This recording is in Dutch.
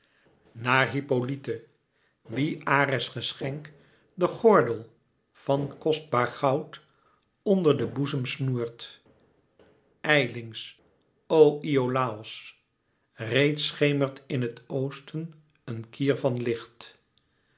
naar hippolyte wie ares geschenk de gordel van kostbaar goud onder den boezem snoert ijlings ijlings o iolàos reeds schemert in het oosten een kier van licht